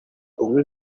unywa